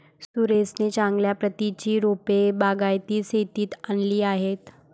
सुरेशने चांगल्या प्रतीची रोपे बागायती शेतीत आणली आहेत